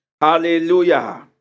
Hallelujah